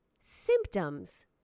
Symptoms